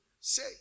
Say